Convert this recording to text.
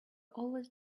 always